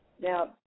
now